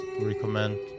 recommend